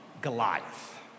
Goliath